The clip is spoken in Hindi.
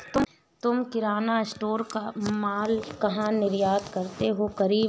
तुम किराना स्टोर का मॉल कहा निर्यात करते हो करीम?